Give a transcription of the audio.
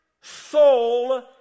soul